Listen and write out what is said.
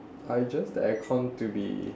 I adjust the aircon to be